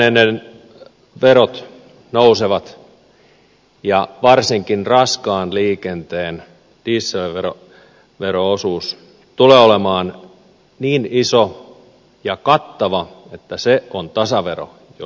polttoaineiden verot nousevat ja varsinkin raskaan liikenteen dieselvero osuus tulee olemaan niin iso ja kattava että se on tasavero jos jokin